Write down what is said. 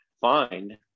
find